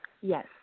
Yes